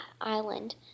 Island